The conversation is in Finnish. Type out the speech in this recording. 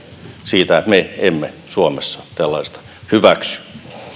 siitä että me emme suomessa tällaista hyväksy